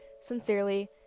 sincerely